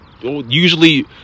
usually